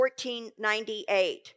1498